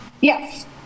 yes